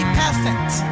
perfect